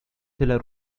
tyle